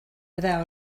fyddai